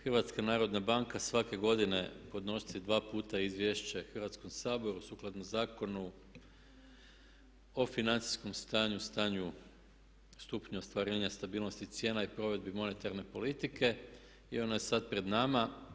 Hrvatska narodna banka svake godine podnosi dva puta izvješće Hrvatskom saboru sukladno Zakonu o financijskom stanju, stanju stupnju ostvarenja stabilnosti cijena i provedbi monetarne politike i ono je sad pred nama.